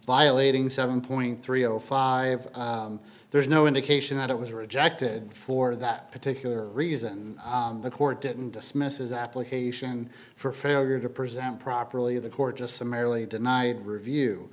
violating seven point three zero five there's no indication that it was rejected for that particular reason the court didn't dismiss his application for failure to present properly the court just summarily denied review